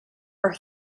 are